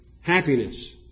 happiness